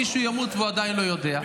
מישהו ימות, והוא עדיין לא יודע.